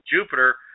Jupiter